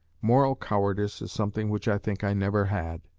moral cowardice is something which i think i never had